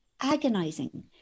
agonizing